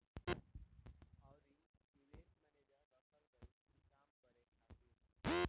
अउरी निवेश मैनेजर रखल गईल ई काम करे खातिर